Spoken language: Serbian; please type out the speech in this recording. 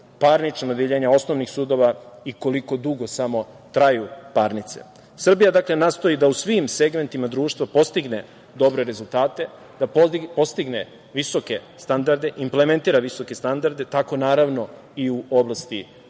parnična odeljenja osnovnih sudova i koliko dugo samo traju parnice. Srbija, dakle, nastoji da u svim segmentima društava postigne dobre rezultate, da postigne visoke standarde, implementira visoke standarde tako naravno i u oblasti